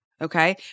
Okay